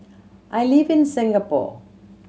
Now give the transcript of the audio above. I live in Singapore